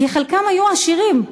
כי חלקם היו עשירים.